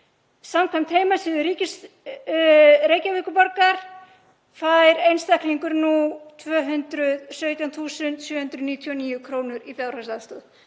Samkvæmt heimasíðu Reykjavíkurborgar fær einstaklingur nú 217.799 kr. í fjárhagsaðstoð.